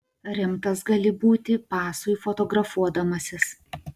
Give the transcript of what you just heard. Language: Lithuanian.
rimtas gali būti pasui fotografuodamasis